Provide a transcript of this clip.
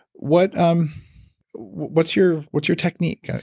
what's um what's your what's your technique?